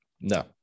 No